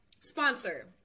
Sponsor